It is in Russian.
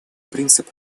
принцип